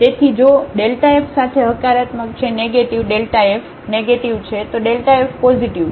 તેથી જો Δf સાથે હકારાત્મક છે નેગેટીવ Δf નેગેટીવ છે તો Δf પોઝિટિવ છે